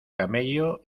camello